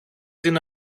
την